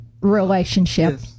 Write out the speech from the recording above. relationship